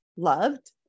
loved